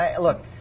Look